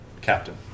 Captain